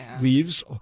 leaves